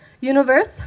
universe